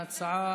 ההצעה